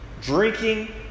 drinking